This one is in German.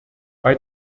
bei